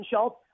Schultz